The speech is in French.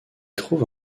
trouve